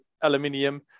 aluminium